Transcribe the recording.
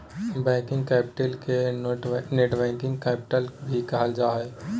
working capital के net working capital भी कहल जा हय